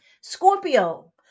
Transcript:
Scorpio